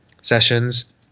sessions